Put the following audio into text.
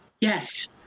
Yes